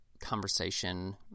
conversation